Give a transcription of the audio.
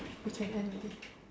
we can end already